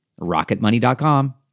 rocketmoney.com